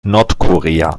nordkorea